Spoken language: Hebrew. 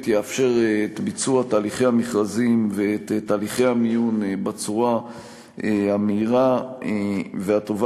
יאפשר את ביצוע תהליכי המכרזים ואת תהליכי המיון בצורה המהירה והטובה,